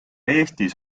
eestis